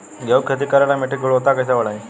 गेहूं के खेती करेला मिट्टी के गुणवत्ता कैसे बढ़ाई?